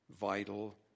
vital